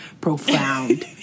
profound